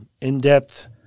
in-depth